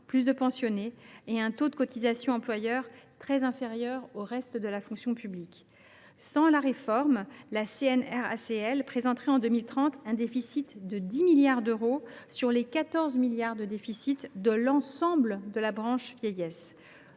plus de pensionnés et un taux de cotisations employeur très inférieur à celui du reste de la fonction publique. Sans réforme, la CNRACL présenterait, en 2030, un déficit de 10 milliards d’euros – sur les 14 milliards d’euros de déficit de l’ensemble de la branche vieillesse.